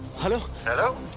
hello. hello?